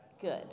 good